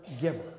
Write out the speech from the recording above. giver